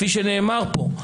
כפי שנאמר פה.